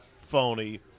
phony